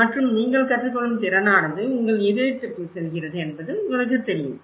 மற்றும் நீங்கள் கற்றுக் கொள்ளும் திறனானது உங்கள் இதயத்திற்குள் செல்கிறது என்பது உங்களுக்குத் தெரியும்